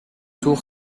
tour